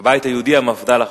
הבית היהודי, מפד"ל החדשה.